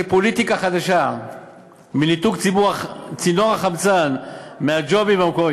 פוליטיקה חדשה מניתוק צינור החמצן מהג'ובים למקורבים.